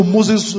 Moses